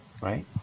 right